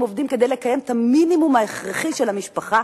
עובדים כדי לקיים את המינימום ההכרחי של המשפחה